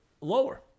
lower